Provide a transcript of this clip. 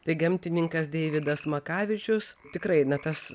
tai gamtininkas deividas makavičius tikrai na tas